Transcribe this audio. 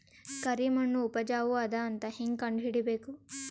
ಕರಿಮಣ್ಣು ಉಪಜಾವು ಅದ ಅಂತ ಹೇಂಗ ಕಂಡುಹಿಡಿಬೇಕು?